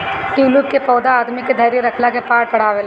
tulip के पौधा आदमी के धैर्य रखला के पाठ पढ़ावेला